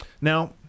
now